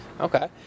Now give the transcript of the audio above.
Okay